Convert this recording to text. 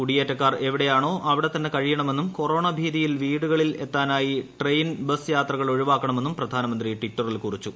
കൂടിയേറ്റക്കാർ എവിടെയാണോ അവിടെതന്നെ കഴിയണമെന്നും കൊറോണ ഭീതിയിൽ പ്രീടുകളിൽ എത്താനായി ട്രെയിൻ ബസ് യാത്രകൾ ഒഴിവ്വാക്ക്ണ്മെന്നും പ്രധാനമന്ത്രി ടിറ്ററിൽ കുറിച്ചു